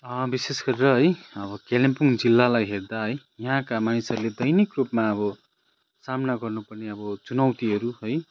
विशेष गरेर है अब कालिम्पोङ जिल्लालाई हेर्दा है यहाँका मानिसहरूले दैनिक रूपमा अब सामना गर्नुपर्ने अब चुनौतिहरू है